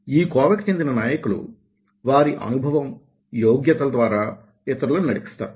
ఈ కోవకి చెందిన నాయకులు వారి అనుభవం యోగ్యతల ద్వారా ఇతరులని నడిపిస్తారు